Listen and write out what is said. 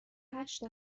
هشت